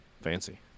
Fancy